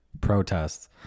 protests